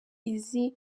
izi